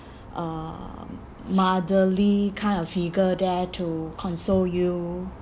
uh motherly kind of figure there to console you